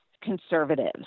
conservatives